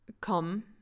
come